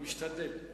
אני משתדל.